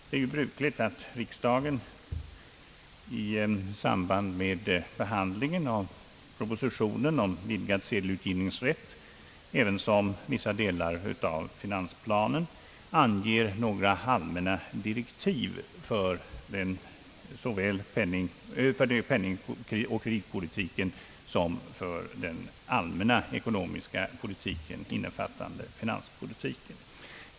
Det är brukligt att riksdagen i samband med behandlingen av propositionen om vidgad <sedelutgivningsrätt ävensom vissa delar av finansplanen anger några allmänna direktiv för såväl penningoch kreditpolitiken som för den allmänna ekonomiska politiken innefattande finanspolitiken.